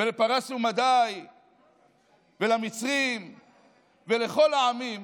ולפרס ולמדי ולמצרים ולכל העמים,